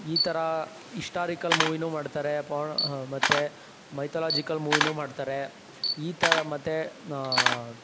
ಈ ಥರ ಇಶ್ಟಾರಿಕಲ್ ಮೂವಿನೂ ಮಾಡ್ತಾರೆ ಪವ್ಣ್ ಮತ್ತೆ ಮೈಥಾಲಜಿಕಲ್ ಮೂವಿನೂ ಮಾಡ್ತಾರೆ ಈ ಥರ ಮತ್ತೆ